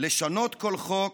"לשנות כל חוק,